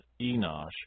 Enosh